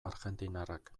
argentinarrak